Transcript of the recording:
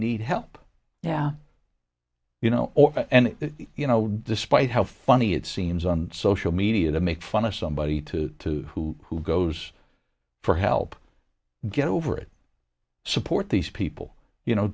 need help yeah you know and you know despite how funny it seems on social media to make fun of somebody to who goes for help get over it support these people you know